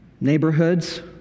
Neighborhoods